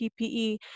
PPE